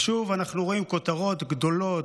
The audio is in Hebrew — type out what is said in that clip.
ושוב אנחנו רואים כותרות גדולות,